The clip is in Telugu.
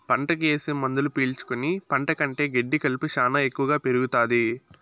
పంటకి ఏసే మందులు పీల్చుకుని పంట కంటే గెడ్డి కలుపు శ్యానా ఎక్కువగా పెరుగుతాది